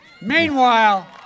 Meanwhile